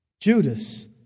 Judas